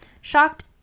shocked